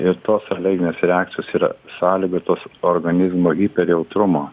ir tos alerginės reakcijos yra sąlygotos organizmo hyper jautrumo